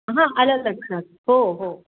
हां आलं लक्षात हो हो